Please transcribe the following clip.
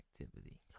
activity